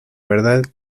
verdad